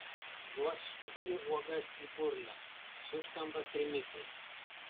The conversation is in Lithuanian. vos suberiu uogas į burną suskamba trimitai